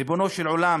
ריבונו של עולם,